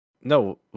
No